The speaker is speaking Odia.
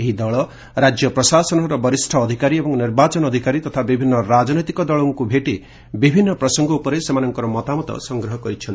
ଏହି ଦଳ ରାଜ୍ୟ ପ୍ରଶାସନର ବରିଷ୍ଣ ଅଧିକାରୀ ଏବଂ ନିର୍ବାଚନ ଅଧିକାରୀ ତଥା ବିଭିନ୍ନ ରାଜନୈତିକ ଦଳଙ୍କୁ ଭେଟି ବିଭିନ୍ନ ପ୍ରସଙ୍ଗ ଉପରେ ସେମାନଙ୍କର ମତାମତ ସଂଗ୍ରହ କରିଚ୍ଛନ୍ତି